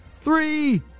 three